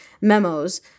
memos